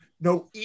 no